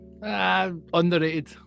underrated